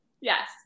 yes